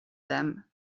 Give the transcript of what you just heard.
them